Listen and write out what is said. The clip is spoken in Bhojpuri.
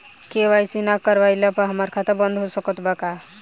के.वाइ.सी ना करवाइला पर हमार खाता बंद हो सकत बा का?